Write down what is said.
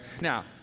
Now